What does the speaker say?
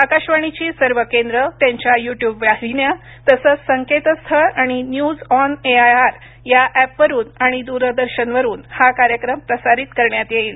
आकाशवाणीची सर्व केंद्र त्यांच्या युट्यूब वाहिन्या तसंच संकेतस्थळ आणि news on A I R या ऍपवरुन आणि दूरदर्शनवरून हा कार्यक्रम प्रसारित करण्यात येईल